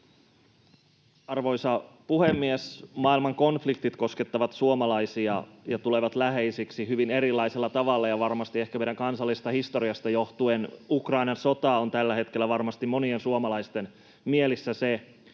Arvoisa puhemies! Maailman konfliktit koskettavat suomalaisia ja tulevat läheisiksi hyvin erilaisella tavalla. Ehkä meidän kansallisesta historiasta johtuen Ukrainan sota on tällä hetkellä varmasti monien suomalaisten mielissä se